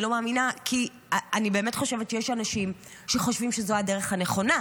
כי אני באמת חושבת שיש אנשים שחושבים שזו הדרך הנכונה,